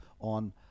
on